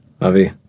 Avi